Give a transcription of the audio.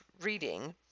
reading